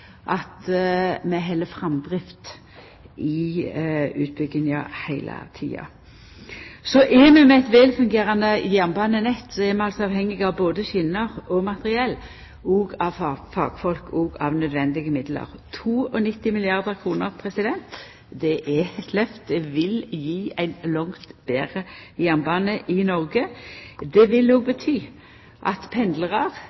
at vi har framdrift i utbygginga heile tida. For eit velfungerande jernbanenett er vi avhengig av både skjener og materiell, og av fagfolk og av nødvendige midlar. 92 milliardar kr – det er eit lyft. Det vil gje ein langt betre jernbane i Noreg. Det vil